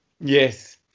yes